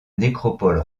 nécropole